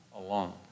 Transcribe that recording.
alone